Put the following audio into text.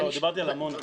לא, דיברתי על עמונה.